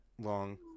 long